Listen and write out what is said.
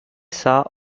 saw